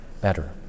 better